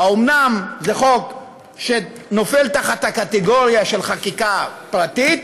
אומנם זה חוק שנופל תחת הקטגוריה של חקיקה פרטית,